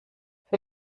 für